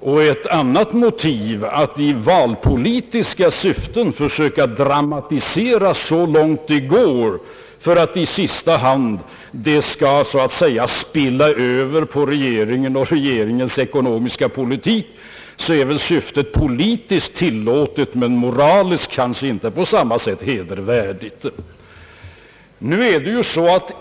och ett annat motiv, nämligen att i valpolitiskt syfte söka dramatisera så långt det går för att det i sista hand skall så att säga spilla över på regeringen och regeringens ekonomiska politik, så är väl syftet politiskt tillåtet men moraliskt kanske inte på samma sätt hedervärt.